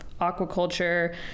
aquaculture